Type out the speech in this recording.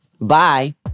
Bye